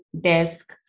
desk